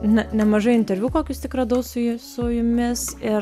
ne nemažai interviu kokius tik radau su ju su jumis ir